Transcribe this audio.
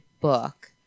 book